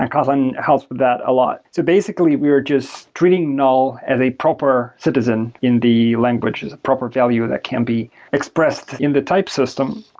and kotlin helps with that a lot. basically, we're just treating null as a proper citizen in the language as a proper value that can be expressed in the type system,